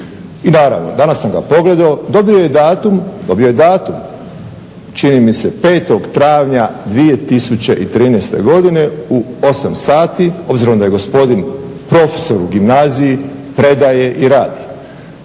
I naravno danas sam ga pogledao, dobio je datum čini mi se 5. travnja 2013. godine u 8 sati obzirom da je gospodin profesor u gimnaziji, predaje i radi.